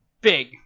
big